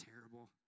terrible